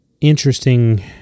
interesting